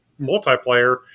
multiplayer